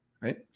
Right